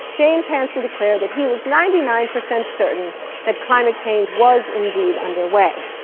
james hansen declared that he was ninety nine percent certain that climate change was indeed underway.